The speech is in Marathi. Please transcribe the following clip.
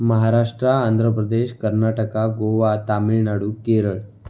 महाराष्ट्रा आंध्र प्रदेश कर्नाटका गोवा तामिळनाडू केरळ